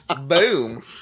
Boom